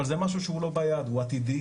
אבל זה משהו שהוא לא ביד, הוא עתידי.